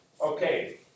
okay